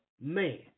Man